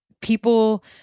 people